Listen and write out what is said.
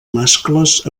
mascles